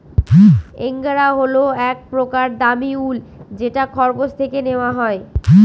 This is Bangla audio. এঙ্গরা হল এক প্রকার দামী উল যেটা খরগোশ থেকে নেওয়া হয়